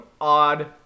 Odd